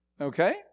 okay